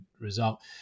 result